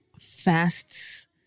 fasts